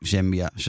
Zambia